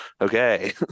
okay